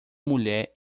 mulher